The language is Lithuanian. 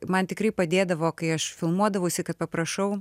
man tikrai padėdavo kai aš filmuodavausi kad paprašau